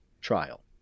trial